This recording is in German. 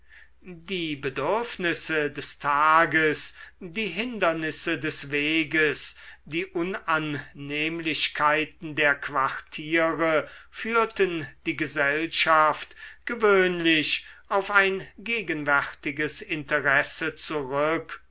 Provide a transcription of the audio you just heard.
die bedürfnisse des tages die hindernisse des weges die unannehmlichkeiten der quartiere führten die gesellschaft gewöhnlich auf ein gegenwärtiges interesse zurück